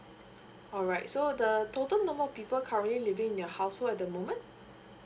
alright so the total number of people currently living in your household at the moment